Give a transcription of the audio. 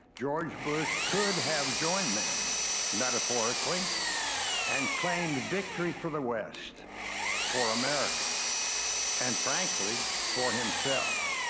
george bush could have joined them metaphorically and claimed victory for the west for america and frankly for himself.